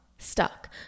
Stuck